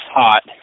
hot